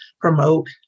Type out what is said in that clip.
promote